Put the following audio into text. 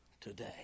today